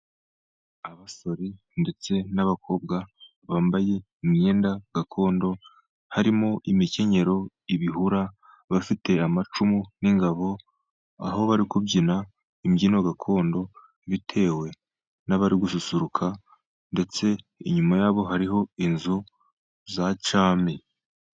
Abasore ndetse n'abakobwa bambaye imyenda gakondo, harimo imikenyero, ibihura, bafite amacumu n'ingabo aho bari kubyina imbyino gakondo bitewe n'abari gususuruka, ndetse inyuma yabo hariho inzu za cyami.